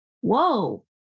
Whoa